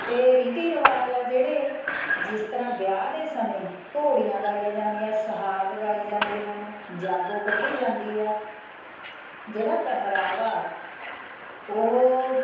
ਅਤੇ ਰੀਤੀ ਰਿਵਾਜ਼ ਆ ਜਿਹੜੇ ਜਿਸ ਤਰ੍ਹਾਂ ਵਿਆਹ ਦੇ ਸਮੇਂ ਘੋੜੀਆਂ ਗਾਈਆਂ ਜਾਂਦੀਆਂ ਸੁਹਾਗ ਗਾਏ ਜਾਂਦੇ ਹਨ ਜਾਗੋ ਕੱਢੀ ਜਾਂਦੀ ਹੈ ਜਿਹੜਾ ਪਹਿਰਾਵਾ ਉਹ